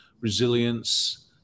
resilience